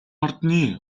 ордны